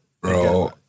Bro